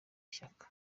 shyaka